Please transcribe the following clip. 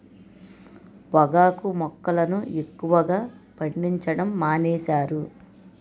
పొగాకు మొక్కలను ఎక్కువగా పండించడం మానేశారు